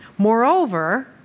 Moreover